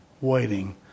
waiting